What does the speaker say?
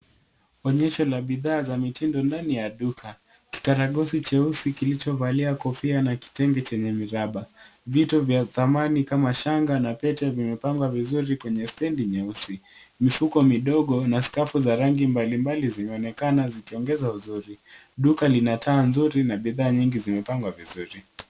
Onyesha la bidhaa za mitindo ndani ya duka. Kikaragosi cheusi kilichovalia kofia na kitenge chenye miraba. Vito vya dhamani kama shanga na pete vimepangwa vizuri kwenye stendi nyeusi. Mifuko midogo na skafu za rangi mbali mbali zinaonekana zikiongeza uzuri. Duka lina taa nzuri na bidhaa nyingi zimepangwa vizuri.